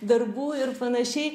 darbų ir panašiai